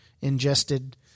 ingested